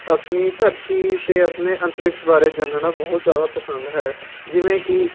ਅਪਣੀ ਧਰਤੀ ਅਤੇ ਆਪਣੇ ਅੰਤਰਿਕਸ਼ ਬਾਰੇ ਜਾਣਨਾ ਬਹੁਤ ਜ਼ਿਆਦਾ ਪਸੰਦ ਹੈ ਜਿਵੇਂ ਕਿ